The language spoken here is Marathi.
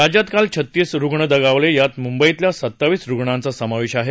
राज्यात काल छत्तीस रुग्ण दगावले यात मुंबईतल्या सत्तावीस रुग्णांचा समावेश आहे